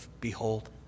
behold